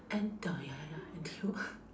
N_T~ ya ya ya N_T_U